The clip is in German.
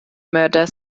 mörder